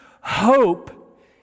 hope